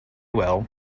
well